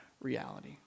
reality